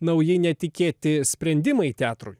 nauji netikėti sprendimai teatrui